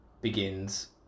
begins